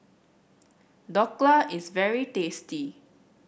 Dhokla is very tasty